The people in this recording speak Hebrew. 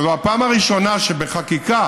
זו הפעם הראשונה שבחקיקה